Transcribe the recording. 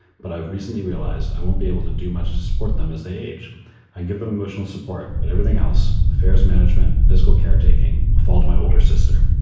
but i've recently realized i won't be able to do much to support them as they age and give them emotional support. but everything else affairs, management, physical caretaking, fault, my older sister.